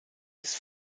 his